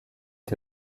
des